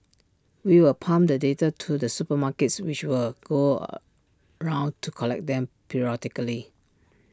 we will pump the data to the supermarkets which will go A round to collect them periodically